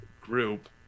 group